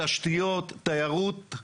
תשתיות, תיירות.